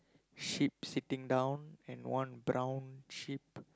sheep sitting down and one brown sheep